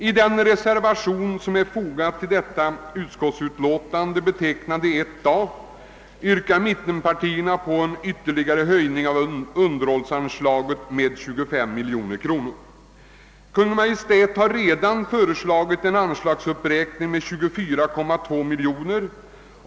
I reservationen 1 a, som är fogad till utskottets utlåtande vid punkten 8, yrkar mittenpartiernas representanter inom utskottet på en höjning av underhållsanslaget med 25 miljoner kronor utöver Kungl. Maj:ts förslag. Kungl. Maj:t har redan föreslagit en anslagsuppräkning med 24,2 miljoner kronor.